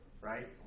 right